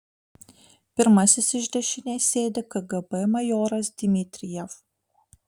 pirmasis iš dešinės sėdi kgb majoras dmitrijev